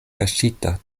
kaŝita